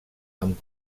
amb